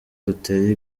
duteye